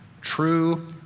true